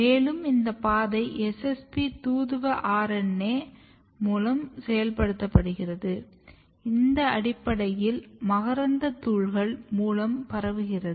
மேலும் இந்த பாதை SSP தூதுவ RNA மூலம் செயல்படுத்தப்படுகிறது இது அடிப்படையில் மகரந்தத் தூள்கள் மூலம் பரவுகிறது